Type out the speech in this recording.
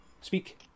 Speak